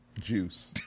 Juice